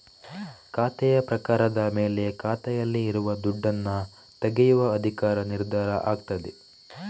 ಖಾತೆಯ ಪ್ರಕಾರದ ಮೇಲೆ ಖಾತೆಯಲ್ಲಿ ಇರುವ ದುಡ್ಡನ್ನ ತೆಗೆಯುವ ಅಧಿಕಾರ ನಿರ್ಧಾರ ಆಗ್ತದೆ